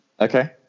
Okay